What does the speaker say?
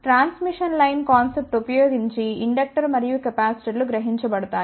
transmission line concept ఉపయోగించి inductors మరియు capacitor లు గ్రహించబడతాయి